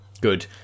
Good